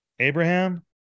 Abraham